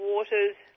Waters